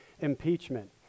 impeachment